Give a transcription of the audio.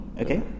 Okay